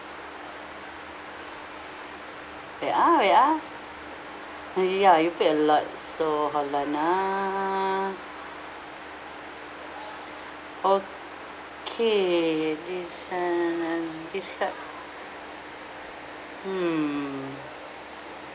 wait ah wait ah ya you pick a lot so hold on ah okay this one describe hmm